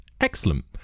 Excellent